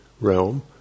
realm